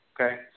Okay